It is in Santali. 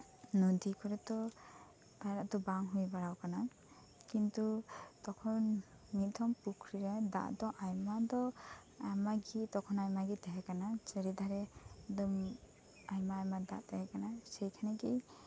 ᱱᱚᱫᱤ ᱠᱚᱨᱮᱛᱚ ᱯᱟᱭᱨᱟᱜ ᱫᱚ ᱵᱟᱝ ᱦᱩᱭ ᱵᱟᱲᱟᱣᱟᱠᱟᱱᱟ ᱠᱤᱱᱛᱩ ᱛᱚᱠᱷᱚᱱ ᱢᱤᱫᱽᱫᱷᱚᱢ ᱯᱩᱠᱷᱨᱤᱨᱮ ᱫᱟᱜᱫᱚ ᱟᱭᱢᱟᱫᱚ ᱟᱭᱢᱟᱜᱤ ᱛᱟᱦᱮᱸ ᱠᱟᱱᱟ ᱪᱟᱹᱨᱤᱫᱷᱟᱨᱮ ᱫᱚ ᱟᱭᱢᱟ ᱟᱭᱢᱟ ᱫᱟᱜ ᱛᱟᱦᱮᱸ ᱠᱟᱱᱟ ᱥᱮᱠᱷᱟᱱᱮᱜᱤ